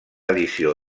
edició